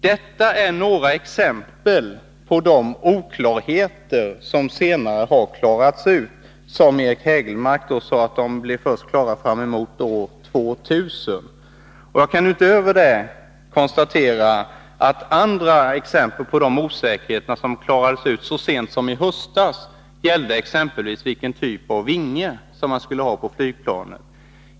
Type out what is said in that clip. Det här var några exempel på de oklarheter som har klarats ut, men vilka Eric Hägelmark sade skulle bli utklarade först år 2000. Jag kan dessutom konstatera att ett annat exempel på osäkerheter som klarats ut så sent som i höstas rör vilken typ av vinge man skulle ha på flygplanet.